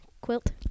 quilt